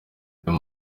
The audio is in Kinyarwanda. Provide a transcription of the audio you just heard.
buri